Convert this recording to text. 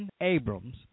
Abrams